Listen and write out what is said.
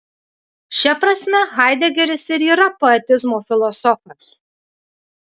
šia prasme haidegeris ir yra poetizmo filosofas